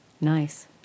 Nice